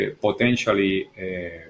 potentially